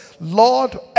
Lord